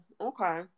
Okay